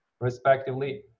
respectively